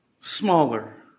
smaller